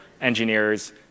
engineers